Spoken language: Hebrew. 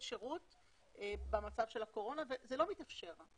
שירות במצב של הקורונה וזה לא מתאפשר.